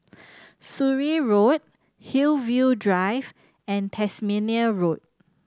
Surrey Road Hillview Drive and Tasmania Road